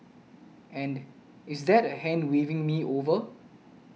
and is that a hand waving me over